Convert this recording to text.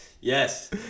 Yes